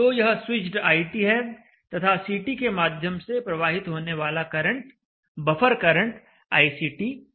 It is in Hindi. तो यह स्विच्ड iT है तथा CT के माध्यम से प्रवाहित होने वाला करंट बफर करंट iCT है